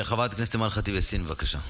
חברת הכנסת אימאן ח'טיב יאסין, בבקשה.